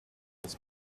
des